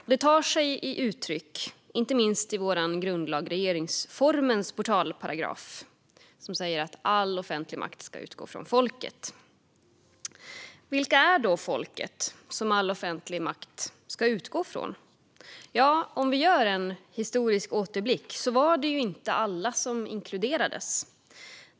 Detta tar sig uttryck inte minst i vår grundlag regeringsformens portalparagraf, som säger att all offentlig makt ska utgå från folket. Vilka är då folket, som all offentlig makt ska utgå från? En historisk återblick visar att alla inte har inkluderats.